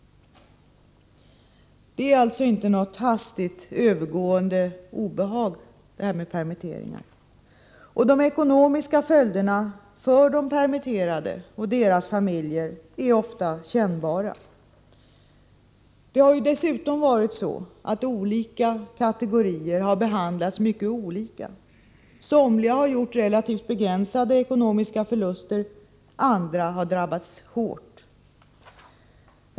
Det här visar att permitteringar inte är något hastigt övergående obehag. De ekonomiska följderna för de permitterade och deras familjer är ofta kännbara. Det har dessutom varit så att olika arbetarkategorier har behandlats mycket olika vid permittering. Somliga har gjort relativt begränsade ekonomiska förluster, andra har drabbats hårt.